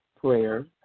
prayer